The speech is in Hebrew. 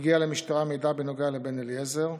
הגיע למשטרה מידע בנוגע לבן אליעזר.